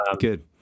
good